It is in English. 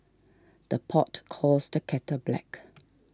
the pot calls the kettle black